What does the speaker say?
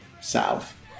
south